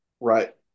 Right